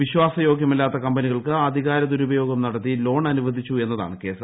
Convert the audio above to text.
വിശ്വാസ യോഗ്യമല്ലാത്ത കമ്പനികൾക്ക് അധികാര ദുരുപയോഗം നടത്തി ലോൺ അനുവദിച്ചു എന്നതാണ് കേസ്